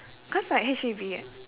cause like H_P_B